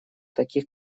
таких